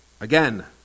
again